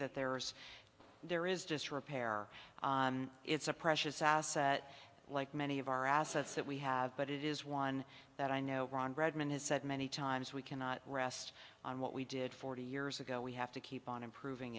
that there's there is disrepair it's a precious asset like many of our assets that we have but it is one that i know ron redmond has said many times we cannot rest on what we did forty years ago we have to keep on improving